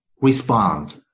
respond